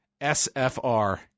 SFR